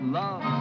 love